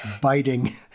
biting